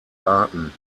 arten